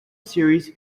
series